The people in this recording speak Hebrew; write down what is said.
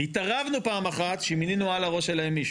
התערבנו פעם אחת כשמינינו על הראש שלהם מישהו.